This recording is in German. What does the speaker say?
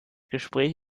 gespräch